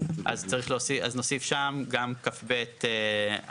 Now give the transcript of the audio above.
אז נוסיף שם גם כב(א2),